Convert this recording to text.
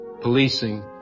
policing